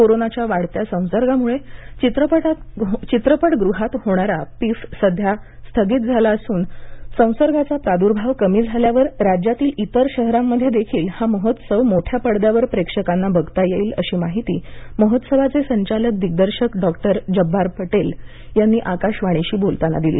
कोरोनाच्या वाढत्या संसर्गामुळे चित्रपटगृहात होणारा पिफ सध्या स्थगित झाला असून संसर्गाचा प्रादुर्भाव कमी झाल्यावर राज्यातील इतर शहरांमध्ये देखील हा महोत्सव मोठ्या पडद्यावर प्रेक्षकांना बघता येईल अशी माहिती महोत्सवाचे संचालक दिग्दर्शक डॉ जब्बार पटेल यांनी आकाशवाणीशी बोलताना दिली